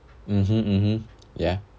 mmhmm mmhmm yeah